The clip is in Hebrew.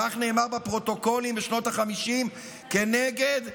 כך נאמר בפרוטוקולים בשנות החמישים כנגד המזרחים.